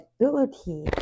ability